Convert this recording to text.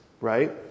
right